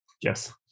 yes